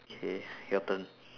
okay your turn